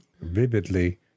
vividly